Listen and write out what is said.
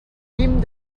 guim